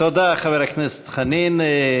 תודה, חבר הכנסת חנין.